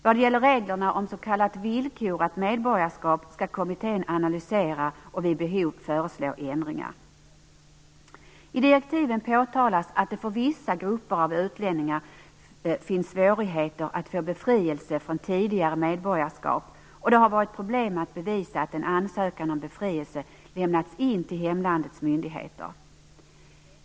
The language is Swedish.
Vad gäller reglerna om s.k. villkorat medborgarskap, skall kommittén analysera och vid behov föreslå ändringar. I direktiven påtalas att det för vissa grupper av utlänningar finns svårigheter att få befrielse från tidigare medborgarskap. Det har varit problem med att bevisa att en ansökan om befrielse lämnats in till hemlandets myndigheter.